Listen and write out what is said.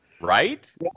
right